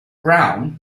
brown